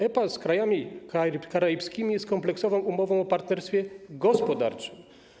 EPA z krajami karaibskimi jest kompleksową umową o partnerstwie gospodarczym.